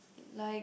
like